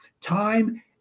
time